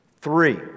Three